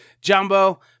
Jumbo